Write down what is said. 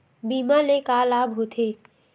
बीमा ले का लाभ होथे?